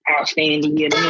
Outstanding